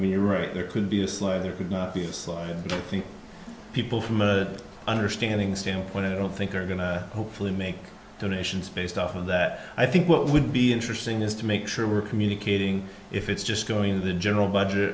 mean you're right there could be a slow there could not be a slow i don't think people from understanding standpoint i don't think are going to hopefully make donations based off of that i think what would be interesting is to make sure we're communicating if it's just going in the general budget